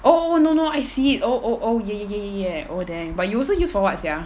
oh no no I see it oh oh oh ya ya ya ya ya oh damn but you also use for [what] sia